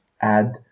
add